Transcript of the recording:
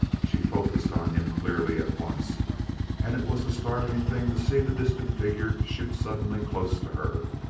she focused on him clearly at once and it was a startling thing to see the distant figure shoot suddenly close to her,